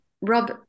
Rob